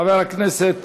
חבר הכנסת